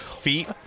Feet